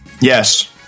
Yes